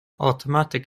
automatic